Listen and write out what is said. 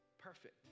Perfect